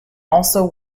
also